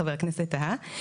חבר הכנסת טאהא.